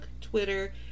twitter